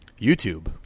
YouTube